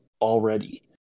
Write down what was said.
already